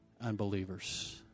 unbelievers